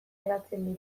hedatzen